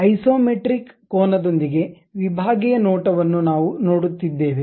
isometric ಕೋನದೊಂದಿಗೆ ವಿಭಾಗೀಯ ನೋಟವನ್ನು ನಾವು ನೋಡುತ್ತಿದ್ದೇವೆ